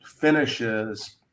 finishes